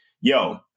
yo